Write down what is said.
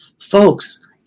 folks